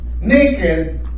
naked